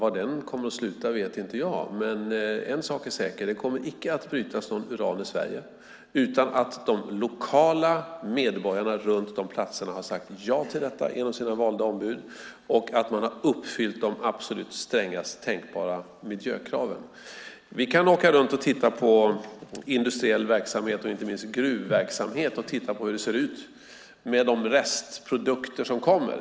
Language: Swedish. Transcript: Var det kommer att sluta vet inte jag, men en sak är säker: Det kommer icke att brytas någon uran i Sverige utan att de lokala medborgarna runt om platserna genom sina valda ombud har sagt ja till detta och att man har uppfyllt de absolut strängast tänkbara miljökraven. Vi kan åka runt och titta på industriell verksamhet, inte minst gruvverksamhet, och titta på hur det ser ut med de restprodukter som kommer.